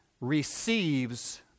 receives